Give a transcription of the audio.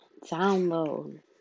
download